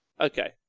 Okay